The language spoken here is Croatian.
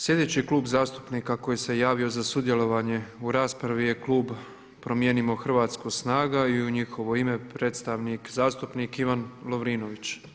Sljedeći klub zastupnika koji se javio za sudjelovanje u raspravi je klub Promijenimo Hrvatsku, SNAGA i u njihovo ime, predstavnik zastupnik Ivan Lovrinović.